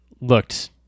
looked